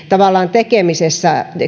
tekemisessä